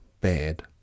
bad